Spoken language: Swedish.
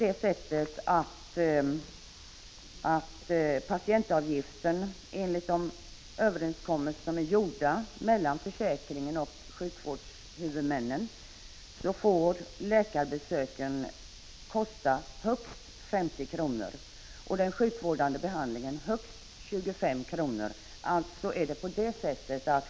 Enligt de överenskommelser som träffats med sjukvårdshuvudmännen får läkarbesöken kosta högst 50 kr. och den sjukvårdande behandlingen högst 25 kr.